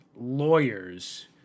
lawyers